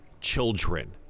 children